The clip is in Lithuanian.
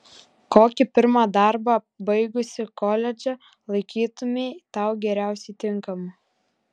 kokį pirmą darbą baigusi koledžą laikytumei tau geriausiai tinkamu